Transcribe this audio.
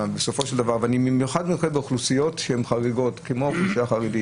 ואני במיוחד מתייחס לאוכלוסיות שהן חריגות כמו האוכלוסייה החרדית,